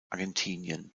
argentinien